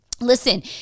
listen